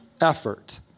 effort